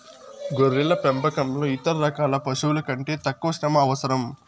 గొర్రెల పెంపకంలో ఇతర రకాల పశువుల కంటే తక్కువ శ్రమ అవసరం